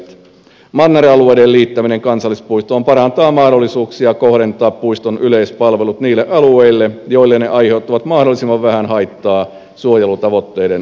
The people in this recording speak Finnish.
manneralueiden liittäminen kansallispuistoon parantaa mahdollisuuksia kohdentaa puiston yleisöpalvelut niille alueille joilla ne aiheuttavat mahdollisimman vähän haittaa suojelutavoitteiden saavuttamiselle